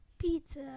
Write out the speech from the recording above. Pizza